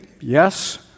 Yes